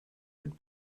would